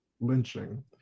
lynching